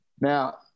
Now